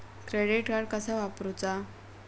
Credit card कसा वापरूचा?